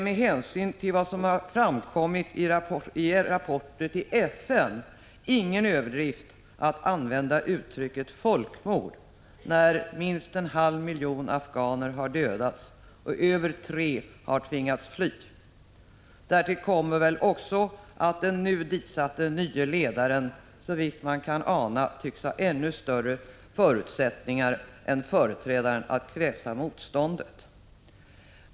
Med hänsyn till vad som har framkommit i rapporter till FN är det ingen överdrift att använda uttrycket folkmord, när minst en halv miljon afghaner har dödats och över 3 miljoner har tvingats fly. Därtill kommer väl också att den nye ledaren i Afghanistan, såvitt man kan ana, tycks ha ännu större förutsättningar än sin företrädare att kväsa motståndet.